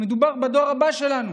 מדובר בדור הבא שלנו,